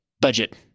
budget